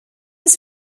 was